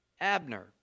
Abner